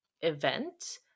event